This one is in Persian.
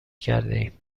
کردهایم